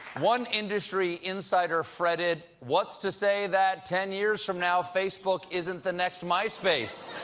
one industry insider fretted, what's to say that, ten years from now, facebook isn't the next myspace?